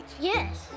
Yes